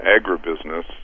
agribusiness